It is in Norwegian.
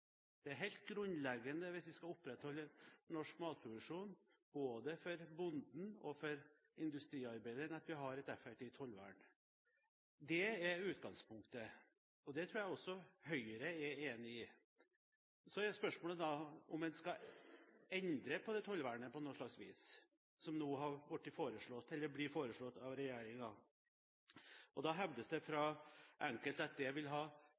Det er helt grunnleggende hvis vi skal opprettholde norsk matproduksjon både for bonden og for industriarbeideren, at vi har et effektivt tollvern. Det er utgangspunktet, og det tror jeg Høyre er enig i. Så er spørsmålet om en på noe slags vis skal endre på det tollvernet som nå blir foreslått av regjeringen. Da hevdes det fra enkelte at det vil ha